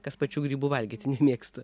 kas pačių grybų valgyti nemėgstu